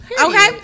Okay